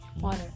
water